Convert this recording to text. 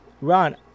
Ron